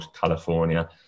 California